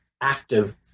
active